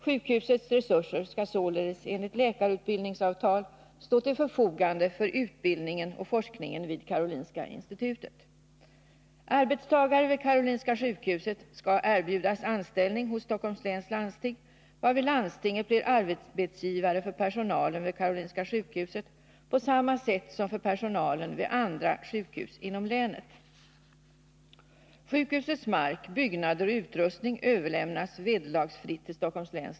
Sjukhusets resurser skall således enligt läkarutbildningsavtal stå till förfogande för utbildningen och forskningen vid Karolinska institutet. Arbetstagare vid KS skall erbjudas anställning hos SLL, varvid SLL blir arbetsgivare för personalen vid KS på samma sätt som för personalen vid andra sjukhus inom länet. Sjukhusets mark, byggnader och utrustning överlämnas vederlagsfritt till SLL.